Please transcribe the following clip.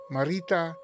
Marita